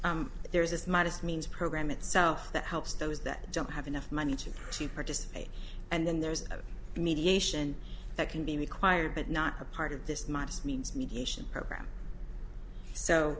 there's a modest means program itself that helps those that don't have enough money to keep artists and then there's a mediation that can be required but not a part of this much means mediation program so